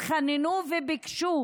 התחננו וביקשו